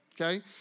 Okay